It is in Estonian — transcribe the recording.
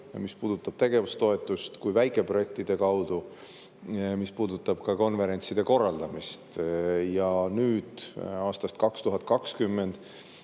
mis puudutab tegevustoetust, kui väikeprojektide kaudu, mis puudutab ka konverentside korraldamist. Ja nüüd, aastast 2020